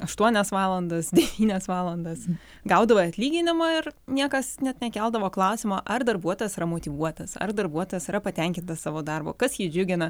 aštuonias valandas devynias valandas gaudavai atlyginimą ir niekas net nekeldavo klausimo ar darbuotojas yra motyvuotas ar darbuotojas yra patenkintas savo darbu kas jį džiugina